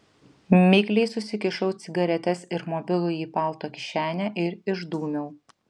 mikliai susikišau cigaretes ir mobilųjį į palto kišenę ir išdūmiau